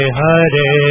hare